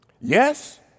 Yes